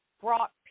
brought